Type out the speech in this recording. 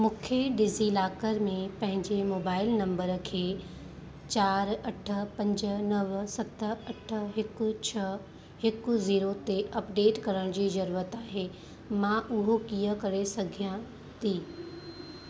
मूंखे डिजीलाकर में पंहिंजे मोबाइल नंबर खे चारि अठ पंज नव सत हिकु छह हिकु ज़ीरो ते अपडेट करण जी ज़रूरत आहे मां उहो कीअं करे सघियां थी